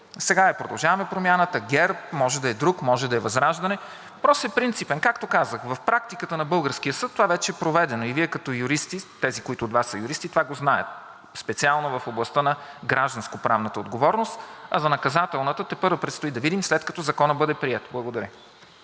Сега е „Продължаваме Промяната“, ГЕРБ, може да е друг, може да е ВЪЗРАЖДАНЕ. Въпросът е принципен. Както казах, в практиката на българския съд това вече е проведено и Вие като юристи, тези от Вас, които са юристи, това го знаят – специално в областта на гражданско-правната отговорност. А за наказателната тепърва предстои да видим, след като Законът бъде приет. Благодаря.